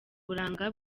buranga